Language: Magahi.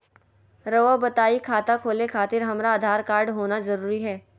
रउआ बताई खाता खोले खातिर हमरा आधार कार्ड होना जरूरी है?